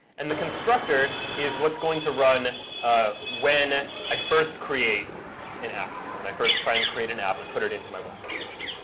and the constructor is what's going to run ah when i first create an app, when i first try and create an app and put it into my web application.